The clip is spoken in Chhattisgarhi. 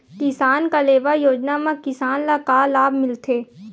किसान कलेवा योजना म किसान ल का लाभ मिलथे?